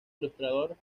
ilustrador